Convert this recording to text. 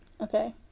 Okay